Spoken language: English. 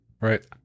Right